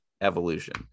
evolution